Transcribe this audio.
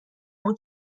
اون